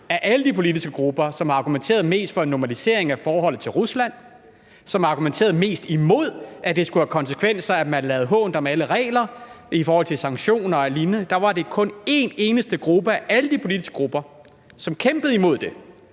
af alle de politiske grupper – som argumenterede mest for en normalisering af forholdet til Rusland, og som argumenterede mest imod, at det skulle have konsekvenser at lade hånt om alle regler i forhold til sanktioner og lignende. Det var kun en eneste gruppe – af alle de politiske grupper – som kæmpede imod det.